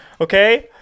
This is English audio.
okay